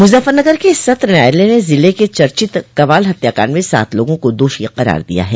मुजफ़्फरनगर के सत्र न्यायालय ने जिले के चर्चित कवाल हत्याकांड में सात लोगों को दोषी करार दिया है